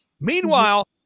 Meanwhile